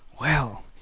Well